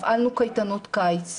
הפעלנו קייטנות קיץ,